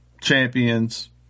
champions